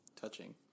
touching